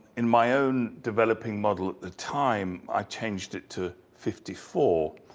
in my own developing model at the time, i changed it to fifty four,